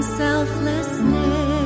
selflessness